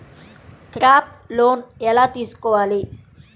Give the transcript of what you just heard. Crop loan ఎలా తీసుకోవాలి?